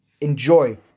enjoy